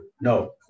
No